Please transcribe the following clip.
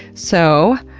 so